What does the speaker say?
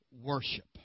worship